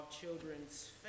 children's